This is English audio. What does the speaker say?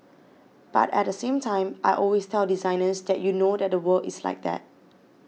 but at the same time I always tell designers that you know that the world is like that